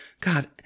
God